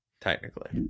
Technically